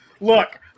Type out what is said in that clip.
Look